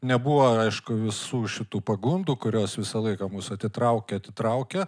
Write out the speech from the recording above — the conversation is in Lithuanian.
nebuvo aišku visų šitų pagundų kurios visą laiką mus atitraukė atitraukia